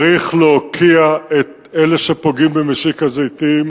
צריך להוקיע את אלה שפוגעים במסיק הזיתים